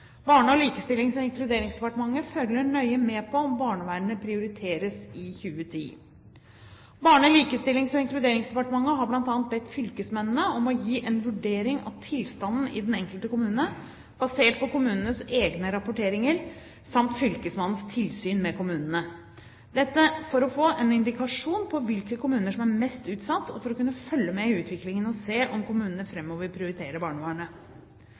Barne-, likestillings- og inkluderingsdepartementet følger nøye med på om barnevernet prioriteres i 2010. Barne-, likestillings- og inkluderingsdepartementet har bl.a. bedt fylkesmennene om å gi en vurdering av tilstanden i den enkelte kommune basert på kommunenes egne rapporteringer samt fylkesmannens tilsyn med kommunene – dette for å få en indikasjon på hvilke kommuner som er mest utsatt, og for å kunne følge med i utviklingen og se om kommunene framover prioriterer barnevernet.